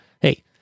hey